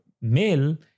male